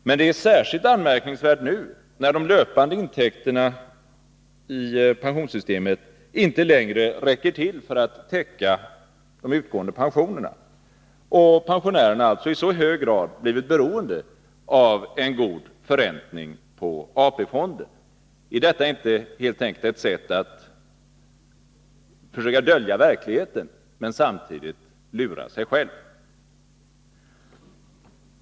Men det är särskilt anmärkningsvärt nu när de löpande intäkterna i pensionssystemet inte längre räcker till för att täcka de utgående pensionerna och pensionärerna alltså i så hög grad blivit beroende av en god förräntning på AP-fonden. Är inte detta helt enkelt ett sätt att försöka dölja verkligheten och samtidigt lura sig själv?